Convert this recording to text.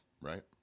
right